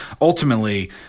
Ultimately